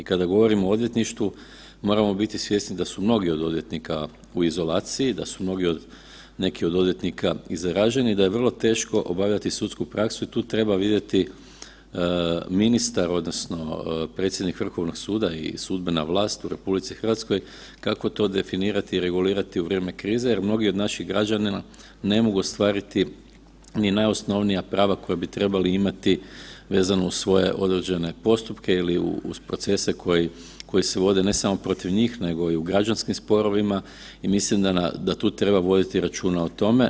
Kada govorimo o odvjetništvu moramo biti svjesni da su mnogi od odvjetnika u izolaciji, da su mnogi od neki od odvjetnika i zaraženi, da je vrlo teško obavljati sudsku praksu, tu treba vidjeti ministar odnosno predsjednik Vrhovnog suda i sudbena vlast u RH kako to definirati i regulirati u vrijeme krize jer mnogi od naših građana ne mogu ostvariti ni najosnovnija prava koja bi trebali imati vezano uz svoje određene postupke ili uz procese koji, koji se vode ne samo protiv njih nego i u građanskim sporovima i mislim da tu treba voditi računa o tome.